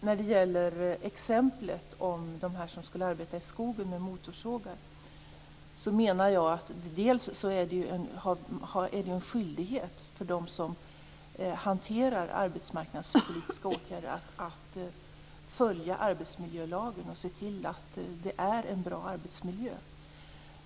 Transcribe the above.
När det gäller exemplet med dem som skulle arbeta i skogen med motorsågar, menar jag att det är en skyldighet för dem som hanterar arbetsmarknadspolitiska åtgärder att följa arbetsmiljölagen och se till att det är en bra arbetsmiljö.